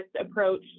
approach